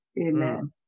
Amen